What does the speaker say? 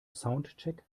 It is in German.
soundcheck